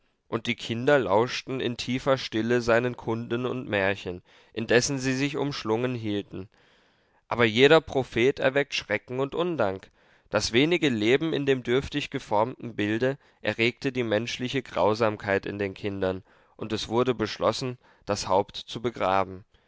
und die kinder lauschten in tiefer stille seinen kunden und märchen indessen sie sich umschlungen hielten aber jeder prophet erweckt schrecken und undank das wenige leben in dem dürftig geformten bilde erregte die menschliche grausamkeit in den kindern und es wurde beschlossen das haupt zu begraben